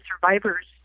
survivors